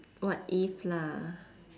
what if lah